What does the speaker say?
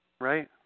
Right